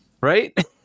right